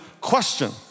question